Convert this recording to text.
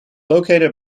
located